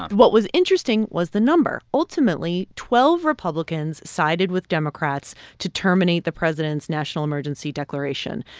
what was interesting was the number. ultimately, twelve republicans sided with democrats to terminate the president's national emergency declaration.